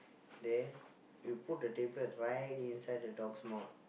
then you put the tablet right inside the dog's mouth